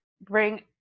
bring